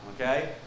Okay